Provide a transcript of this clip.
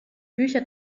bücher